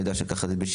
אני יודע שכך זה בשיבא.